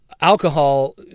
Alcohol